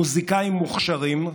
מוזיקאים מוכשרים,